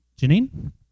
Janine